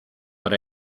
but